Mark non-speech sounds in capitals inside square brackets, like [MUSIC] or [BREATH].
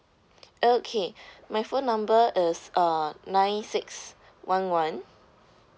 [BREATH] okay [BREATH] my phone number is uh nine six one one